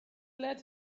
let